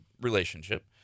relationship